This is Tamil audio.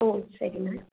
ம் சரிங்க